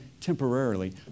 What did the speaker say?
temporarily